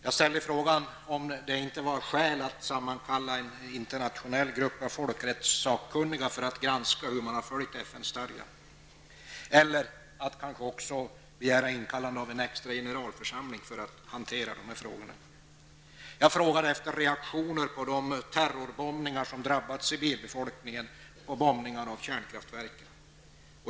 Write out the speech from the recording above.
Jag ställde även frågan om det inte var skäl att sammankalla en internationell grupp med folkrättssakkunniga för att granska hur man har följt FN-stadgan. Man skall kanske också begära ett sammankallade av en extra generalförsamling för att hantera de här frågorna. Jag frågade efter reaktioner på de terrorbombningar som drabbat civilbefolkningen och på bombningarna av kärnkraftverken.